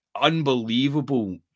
Unbelievable